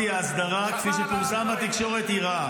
שההסדרה היא רעה.